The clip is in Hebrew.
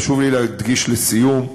חשוב לי להדגיש, לסיום,